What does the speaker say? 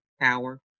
power